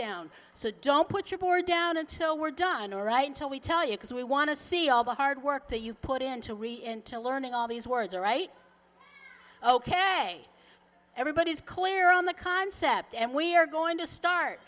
down so don't put your board down until we're done all right until we tell you because we want to see all the hard work that you put into really into learning all these words are right ok everybody is clear on the concept and we're going to start